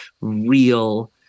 real